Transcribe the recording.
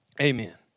Amen